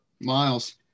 Miles